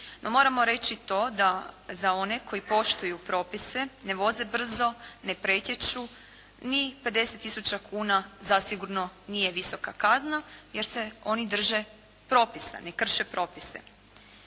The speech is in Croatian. moramo reći to da za one koji poštuju propise ne voze brzo, ne pretječu, ni 50 tisuća kuna zasigurno nije visoka kazna, jer se oni drže propisa. Ne krše propise.